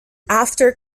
after